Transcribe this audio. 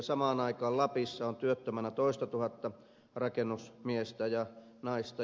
samaan aikaan lapissa on työttömänä toistatuhatta rakennusmiestä ja naista